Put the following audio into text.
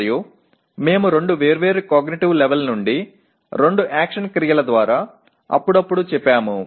మరియు మేము రెండు వేర్వేరు కాగ్నిటివ్ లెవల్ నుండి రెండు యాక్షన్ క్రియల ద్వారా అప్పుడప్పుడు చెప్పాము